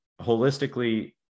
holistically